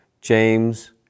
James